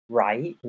right